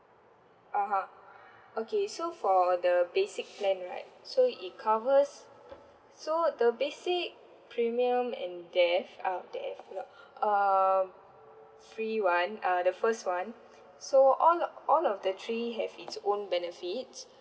(uh huh) okay so for the basic plan right so it covers so the basic premium in death ah death pula um free one uh the first one so all of all of the three have its own benefits